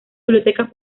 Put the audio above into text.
biblioteca